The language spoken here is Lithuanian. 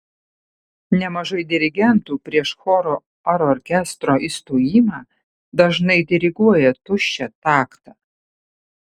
nemažai dirigentų prieš choro ar orkestro įstojimą dažnai diriguoja tuščią taktą